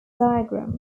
diagram